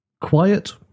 Quiet